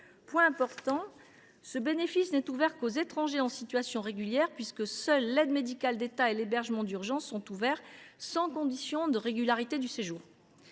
Point important, ce bénéfice n’est ouvert qu’aux étrangers en situation régulière, puisque seuls l’aide médicale de l’État (AME) et l’hébergement d’urgence sont ouverts sans condition de régularité du séjour.